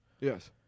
Yes